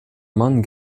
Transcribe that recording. mann